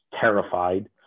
terrified